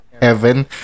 heaven